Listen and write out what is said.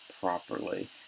properly